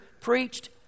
preached